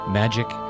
magic